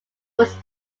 was